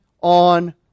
on